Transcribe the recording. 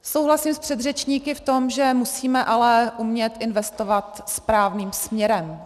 Souhlasím s předřečníky v tom, že musíme ale umět investovat správným směrem.